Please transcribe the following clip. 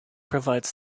provides